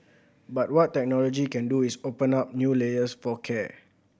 but what technology can do is open up new layers for care